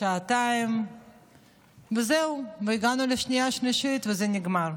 שעתיים וזהו, והגענו לשנייה-שלישית, וזה נגמר.